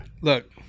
look